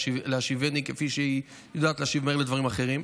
להשיבני כפי שהיא יודעת להשיב מהר על דברים אחרים.